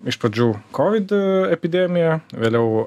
iš pradžių kovid epidemija vėliau